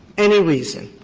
any reason,